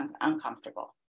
uncomfortable